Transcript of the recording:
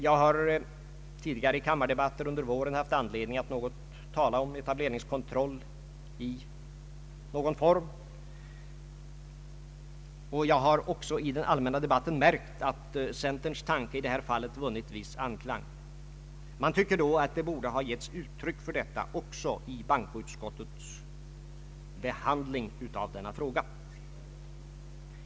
Jag har tidigare i kammardebatter under våren haft anledning att tala om etableringskontroll i någon form, och jag har också i den allmänna debatten märkt att centerns tanke i det här fallet vunnit viss anklang. Man tycker då att det borde ha getts uttryck för detta också i bankoutskottets behandling av denna fråga.